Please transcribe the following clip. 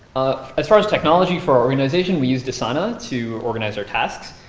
as far as technology for our organization, we used asana to organize our tasks.